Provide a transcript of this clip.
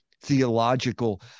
theological